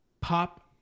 Pop